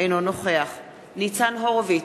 אינו נוכח ניצן הורוביץ,